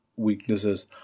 weaknesses